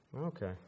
Okay